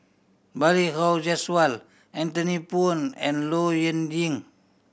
Balli Kaur Jaswal Anthony Poon and Low Yen Ying